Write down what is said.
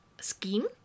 scheme